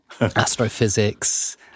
astrophysics